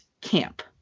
Camp